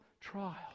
trial